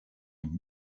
une